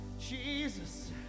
Jesus